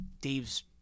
Dave's